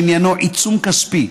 שעניינו עיצום כספי,